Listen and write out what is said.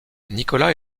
nicolas